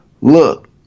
look